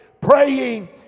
praying